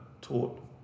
taught